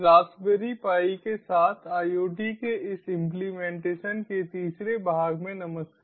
Raspberry Pi के साथ IoT के इस इम्प्लीमेंटेशन के तीसरे भाग में नमस्कार